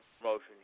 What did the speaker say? promotion